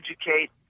educate